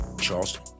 Charleston